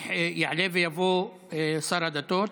יעלה ויבוא שר הדתות.